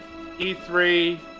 E3